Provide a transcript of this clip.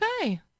Okay